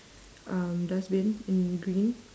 um dustbin in green